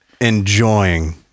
enjoying